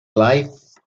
life